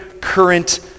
current